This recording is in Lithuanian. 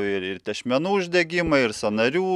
ir ir tešmenų uždegimui ir sąnarių